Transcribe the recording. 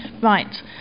Right